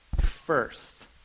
first